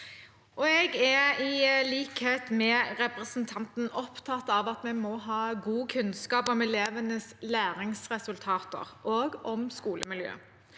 Jeg er, i likhet med representanten, opptatt av at vi må ha god kunnskap om elevenes læringsresultater og om skolemiljøet.